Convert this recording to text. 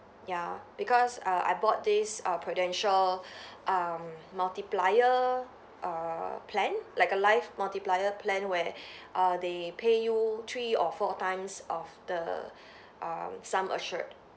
yeah because uh I bought these uh Prudential um multiplier err plan like a life multiplier plan where err they pay you three or four times of the um sum assured